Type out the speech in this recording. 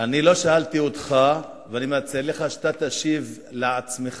אני לא שאלתי אותך, ואני מציע לך שאתה תשיב לעצמך,